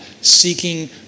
seeking